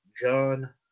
John